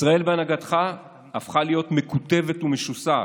ישראל בהנהגתך הפכה להיות מקוטבת ומשוסעת.